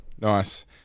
Nice